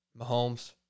Mahomes